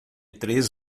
três